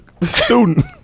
student